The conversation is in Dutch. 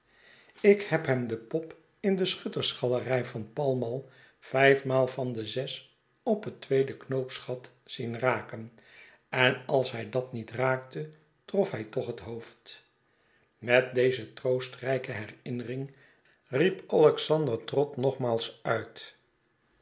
ik heb hem de pop in de schuttersgalerij van pall mall vijfmaal van de zes op het tweede knoopsgat zien raken en als hij dat niet raakte trof hij toch het hoofd met deze troostrijke herinnering riep alexander trott nogmaals uit